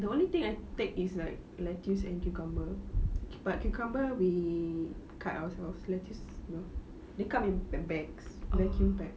the only thing I take is like lettuce and cucumber carrot but cucumber we cut ourselves lettuce no they come in bags vacuum packed